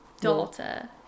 Daughter